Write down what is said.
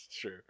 true